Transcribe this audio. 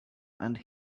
and